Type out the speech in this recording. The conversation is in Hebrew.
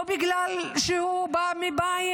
או בגלל שהוא בא מבית,